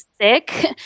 sick